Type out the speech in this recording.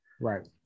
Right